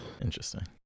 Interesting